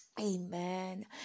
amen